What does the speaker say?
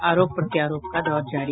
आरोप प्रत्यारोप का दौर जारी